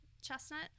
chestnut